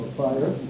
fire